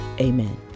amen